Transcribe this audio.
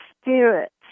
spirits